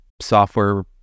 software